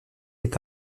est